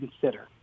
consider